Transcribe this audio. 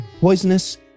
poisonous